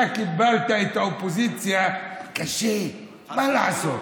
אתה קיבלת את האופוזיציה קשה, מה לעשות?